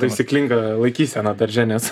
taisyklingą laikyseną darže nes